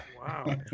Wow